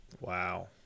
Wow